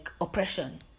oppression